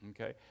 Okay